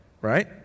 Right